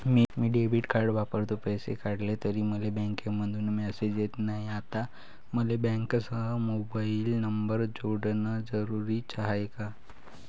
मी debit card वापरतो, पैसे काढले तरी मले बँकेमंधून मेसेज येत नाय, आता मले बँकेसंग मोबाईल नंबर जोडन जरुरीच हाय का?